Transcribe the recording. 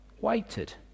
waited